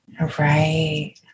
Right